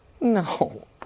No